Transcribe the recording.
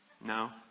No